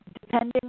depending